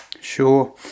Sure